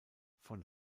von